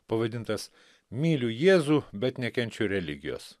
pavadintas myliu jėzų bet nekenčiu religijos